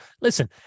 Listen